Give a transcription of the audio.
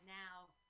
now